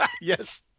yes